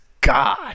God